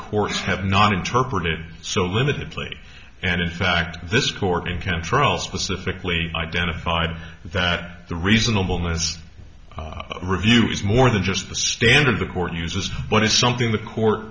courts have not interpreted so limited play and in fact this court in control specifically identified that the reasonableness review is more than just the standard the court uses but it's something the court